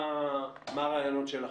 מה הרעיונות שלכם?